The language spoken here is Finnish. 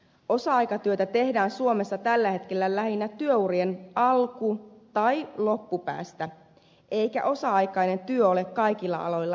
osa aikatyötä tehdään suomessa tällä hetkellä lähinnä työurien alku tai loppupäästä eikä osa aikainen työ ole kaikilla aloilla edes mahdollista